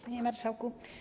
Panie Marszałku!